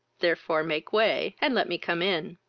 therefore make way, and let me come in.